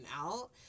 out